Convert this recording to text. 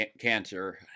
cancer